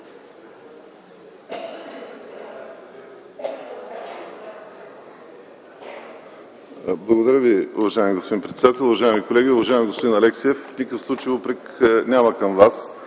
Благодаря Ви, уважаеми господин председател. Уважаеми колеги, уважаеми господин Алексиев! В никакъв случай няма упрек към Вас.